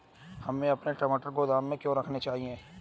हमें अपने टमाटर गोदाम में क्यों रखने चाहिए?